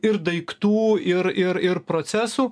ir daiktų ir ir ir procesų